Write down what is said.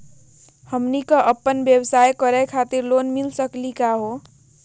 हमनी क अपन व्यवसाय करै खातिर लोन मिली सकली का हो?